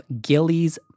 Gilly's